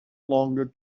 longer